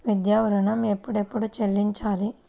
విద్యా ఋణం ఎప్పుడెప్పుడు చెల్లించాలి?